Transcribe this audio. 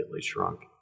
shrunk